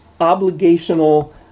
obligational